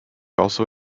also